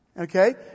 Okay